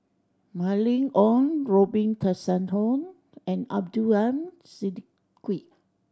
Mylene Ong Robin Tessensohn and Abdul Aleem Siddique